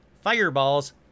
fireballs